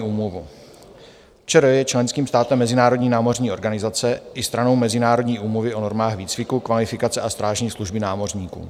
ČR je členským státem Mezinárodní námořní organizace i stranou Mezinárodní úmluvy o normách výcviku, kvalifikace a strážní služby námořníků.